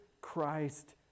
Christ